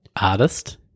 artist